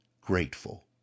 grateful